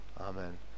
Amen